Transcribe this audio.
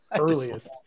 earliest